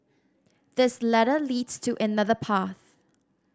this ladder leads to another path